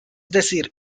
decir